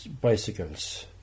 bicycles